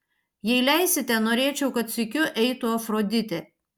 jei leisite norėčiau kad sykiu eitų afroditė